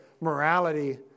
morality